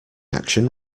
action